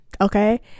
okay